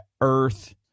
Earth